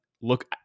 look